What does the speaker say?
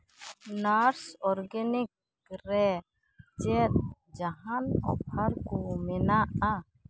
nurse organic ᱨᱮ ᱪᱮᱫ ᱡᱟᱦᱟᱱ ᱚᱯᱷᱟᱨ ᱠᱚ ᱢᱮᱱᱟᱜᱼᱟ